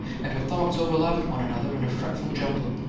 and her thoughts overlapped one another in a fretful jumble.